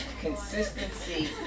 consistency